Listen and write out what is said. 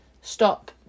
stop